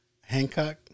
Hancock